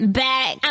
back